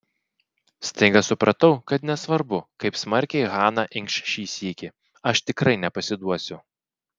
staiga supratau kad nesvarbu kaip smarkiai hana inkš šį sykį aš tikrai nepasiduosiu